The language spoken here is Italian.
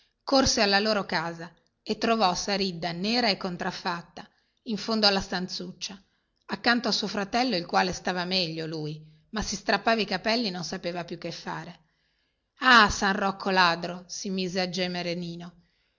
corse alla loro casa e trovò saridda nera e contraffatta in fondo alla stanzuccia accanto a suo fratello il quale stava meglio lui ma si strappava i capelli e non sapeva più che fare ah san rocco ladro si mise a gemere nino